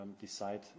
decide